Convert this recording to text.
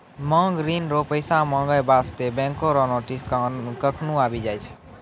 मांग ऋण रो पैसा माँगै बास्ते बैंको रो नोटिस कखनु आबि जाय छै